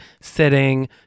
sitting